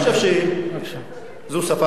אני חושב שזו שפה